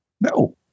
no